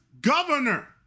governor